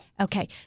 Okay